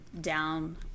down